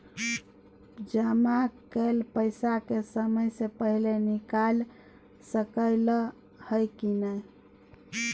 जमा कैल पैसा के समय से पहिले निकाल सकलौं ह की नय?